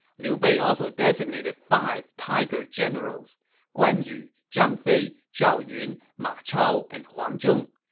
liu bei also designated five tiger generals guan yu, zhang fei, zhao yun, ma chao, and huang zhong.